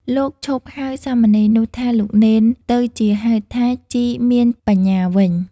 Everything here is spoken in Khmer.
លោកឈប់ហៅសាមណេរនោះថា "លោកនេន" ទៅជាហៅថា "ជីមានបញ្ញា" វិញ។